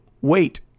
wait